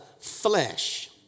flesh